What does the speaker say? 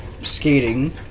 skating